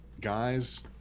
guys